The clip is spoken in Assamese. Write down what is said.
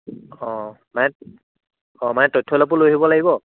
অ' মা অ' মানে তথ্য অলপো লৈ আহিব লাগিব